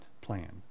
plan